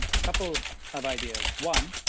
a couple of ideas. one,